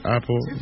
Apple